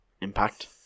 impact